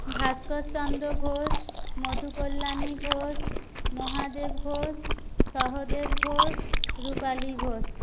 Bhaskarchandra Ghosh Madhukalyani Ghosh Mahadev Ghosh Sahadev Ghosh Rupali Ghosh